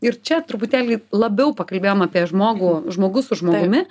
ir čia truputėlį labiau pakalbėjom apie žmogų žmogus su žmogumi